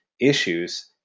issues